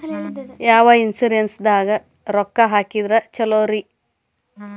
ಯಾವ ಇನ್ಶೂರೆನ್ಸ್ ದಾಗ ರೊಕ್ಕ ಹಾಕಿದ್ರ ಛಲೋರಿ?